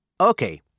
Okay